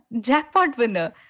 jackpot-winner